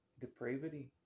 depravity